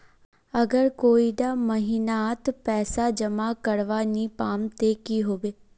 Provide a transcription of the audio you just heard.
अगर कोई डा महीनात पैसा जमा करवा नी पाम ते की होबे?